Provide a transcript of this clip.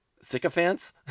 sycophants